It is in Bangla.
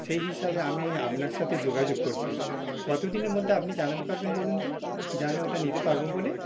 সেই হিসাবে আমি আপনার সাথে যোগাযোগ করছি কতদিনের মধ্যে আপনি জানাতে পারবেন বলুন তো যে আমি ওটা নিতে পারব বলে